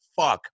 fuck